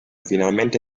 finalmente